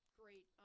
great